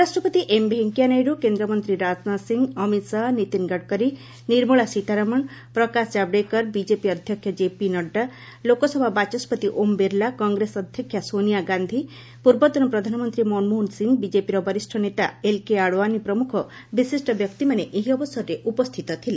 ଉପରାଷ୍ଟ୍ରପତି ଏମ୍ ଭେଙ୍କିୟା ନାଇଡ୍ କେନ୍ଦ୍ରମନ୍ତ୍ରୀ ରାଜନାଥ ସିଂହ ଅମିତ୍ ଶାହା ନୀତିନ୍ ଗଡ଼କରୀ ନିର୍ମଳା ସୀତାରମଣ ପ୍ରକାଶ କାବ୍ଡେକର ବିଜେପି ଅଧ୍ୟକ୍ଷ କେପି ନଡ଼ୁ ଲୋକସଭା ବାଚସ୍କତି ଓମ୍ ବିର୍ଲା କଂଗ୍ରେସ ଅଧ୍ୟକ୍ଷା ସୋନିଆ ଗାନ୍ଧି ପୂର୍ବତନ ପ୍ରଧାନମନ୍ତ୍ରୀ ମନମୋହନ ସିଂହ ବିଜେପିର ବରିଷ୍ଣ ନେତା ଏଲ୍କେ ଆଡୱାନୀ ପ୍ରମୁଖ ବିଶିଷ୍ଟ ବ୍ୟକ୍ତିମାନେ ଏହି ଅବସରରେ ଉପସ୍ଥିତ ଥିଲେ